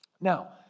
now